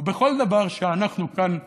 ובכל דבר שאנחנו כאן נוגעים,